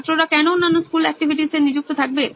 ছাত্ররা কেন অন্যান্য স্কুল এক্টিভিটিস নিযুক্ত থাকবে